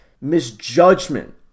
misjudgment